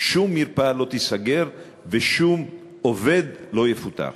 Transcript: לא תיסגר ושום עובד לא יפוטר?